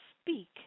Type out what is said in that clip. speak